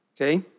Okay